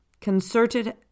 concerted